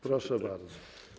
Proszę bardzo.